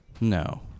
No